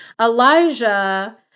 Elijah